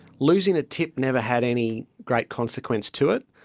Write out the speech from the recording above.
losing a tip never had any great consequence to it.